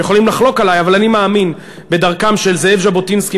אתם יכולים לחלוק עלי אבל אני מאמין בדרכם של זאב ז'בוטינסקי,